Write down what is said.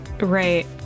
Right